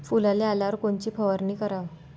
फुलाले आल्यावर कोनची फवारनी कराव?